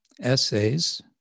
essays